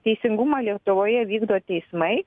teisingumą lietuvoje vykdo teismai